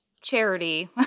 charity